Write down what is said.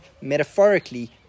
metaphorically